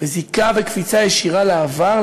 בזיקה וקפיצה ישירה לעבר,